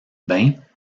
bains